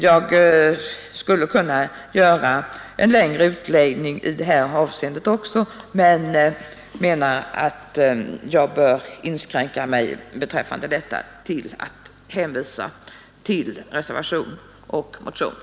Jag skulle kunna göra en längre utläggning i detta avseende också, men jag anser att jag bör inskränka mig till att hänvisa till reservationen och motionen.